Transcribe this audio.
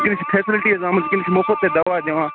صرف چھِ فیٚسَلٹییز آمٕژ وونِکٮ۪ن چھِ مُفُت تہِ دوا دِوان